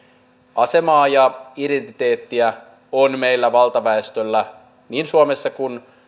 asemaa ja identiteettiä on meillä valtaväestöllä niin suomessa kuin